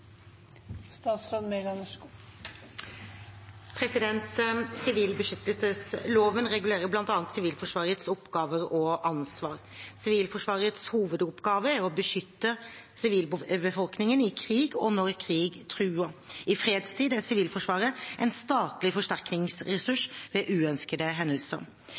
Sivilbeskyttelsesloven regulerer bl.a. Sivilforsvarets oppgaver og ansvar. Sivilforsvarets hovedoppgave er å beskytte sivilbefolkningen i krig og når krig truer. I fredstid er Sivilforsvaret en statlig forsterkningsressurs ved uønskede hendelser.